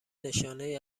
نشانهای